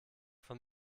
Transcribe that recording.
von